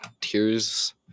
tears